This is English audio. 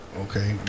Okay